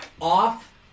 off